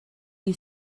you